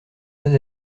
pas